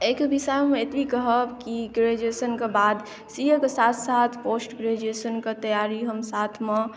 अइके विषयमे एतबी कहब कि ग्रेजुएशनके बाद सी ए के साथ साथ पोस्ट ग्रेजुएशनके तैयारी हम साथमे